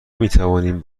میتوانیم